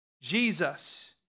Jesus